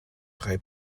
drei